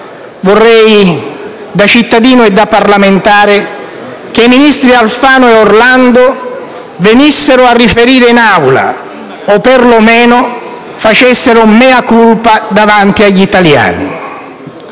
Vorrei, da cittadino e da parlamentare, che i ministri Alfano e Orlando venissero a riferire in Aula, o per lo meno facessero *mea culpa* davanti agli italiani.